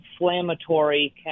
inflammatory